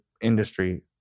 industry